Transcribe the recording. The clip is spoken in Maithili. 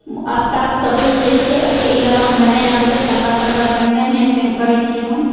स्कार्फ सब बुनि दए छिऐ ओहिके अलावा हमरा नहि आबैए सलवार तलवार बनेनाइ हेम तेम करए छी हम